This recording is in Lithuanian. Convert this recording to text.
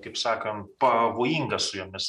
kaip sakant pavojinga su jomis